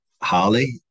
Holly